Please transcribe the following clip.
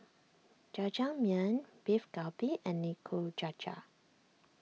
Jajangmyeon Beef Galbi and Nikujaga